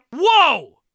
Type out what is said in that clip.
Whoa